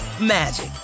magic